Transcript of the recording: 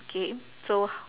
okay so